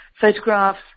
photographs